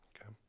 Okay